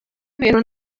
ibintu